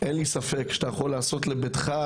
אין לי ספק שאתה יכול לעשות לביתך,